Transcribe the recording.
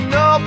no